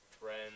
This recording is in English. friends